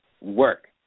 work